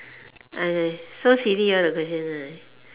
!aiya! so silly ah the question ah